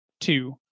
Two